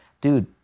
dude